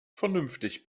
vernünftig